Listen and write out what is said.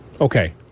Okay